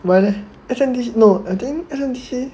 why leh S_N_D~ no I think S_N_D_C